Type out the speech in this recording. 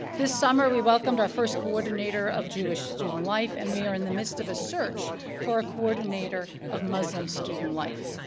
this summer, we welcomed our first coordinator of jewish student life, and we are in the midst of a search for a coordinator of muslim student life.